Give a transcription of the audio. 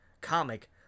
comic